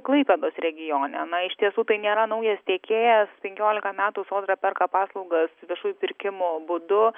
klaipėdos regione na iš tiesų tai nėra naujas tiekėjas penkiolika metų sodra perka paslaugas viešųjų pirkimų būdu